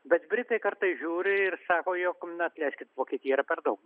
bet britai kartais žiūri ir sako jog na apleiskit vokietijai yra per daug